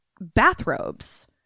bathrobes